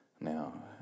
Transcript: now